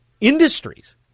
industries